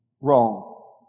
Wrong